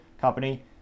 company